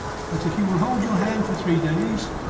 that if you will hold your hand for three days,